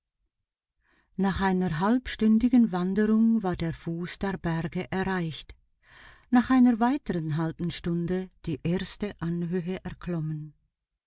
nach einer halbstündigen wanderung war der fuß der berge erreicht nach einer weiteren halben stunde die erste anhöhe erklommen